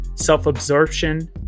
self-absorption